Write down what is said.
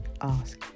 ask